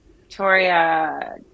victoria